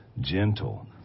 gentle